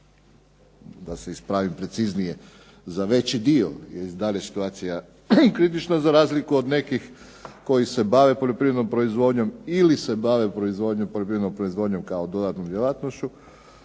da se ispravim preciznije za veći dio i dalje je situacija kritična za razliku od nekih koji se bave poljoprivrednom proizvodnjom ili se bave poljoprivrednom proizvodnjom kao dodatnom djelatnošću